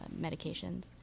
medications